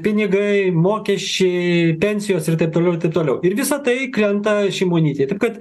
pinigai mokesčiai pensijos ir taip toliau toliau ir visa tai krenta šimonytei taip kad